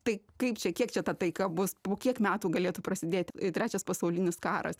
tai kaip čia kiek čia ta taika bus po kiek metų galėtų prasidėti trečias pasaulinis karas